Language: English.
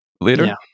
later